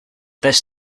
this